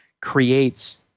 creates